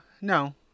no